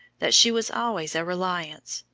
that she was always a reliance,